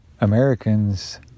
Americans